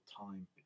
time